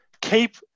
keep